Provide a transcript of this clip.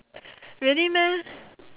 really meh